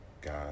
God